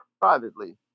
privately